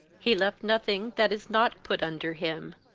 he left nothing that is not put under him.